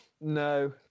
No